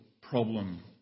problem